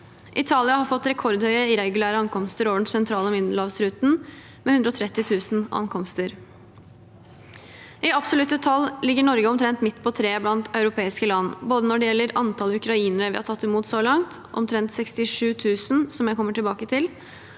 Italia har fått rekordhøye tall for irregulære ankomster over den sentrale middelhavsruten, med 130 000 ankomster. I absolutte tall ligger Norge omtrent midt på treet blant europeiske land både når det gjelder antall ukrainere vi har tatt imot så langt, omtrent 67 000 – som jeg kommer tilbake til